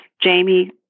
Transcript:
Jamie